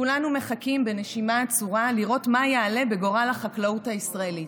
כולנו מחכים בנשימה עצורה לראות מה יעלה בגורל החקלאות הישראלית.